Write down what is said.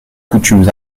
coutumes